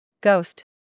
Ghost